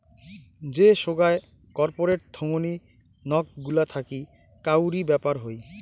যে সোগায় কর্পোরেট থোঙনি নক গুলা থাকি কাউরি ব্যাপার হই